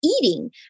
eating